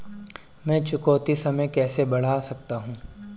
मैं चुकौती समय कैसे बढ़ा सकता हूं?